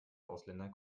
ausländern